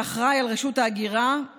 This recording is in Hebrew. שאחראי לרשות ההגירה,